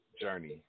journey